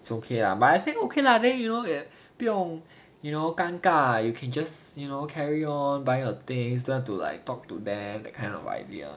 it's okay lah but I think okay lah then you know that 不用 you know 尴尬 you can just you know carry on buy your things don't have to like talk to them that kind of idea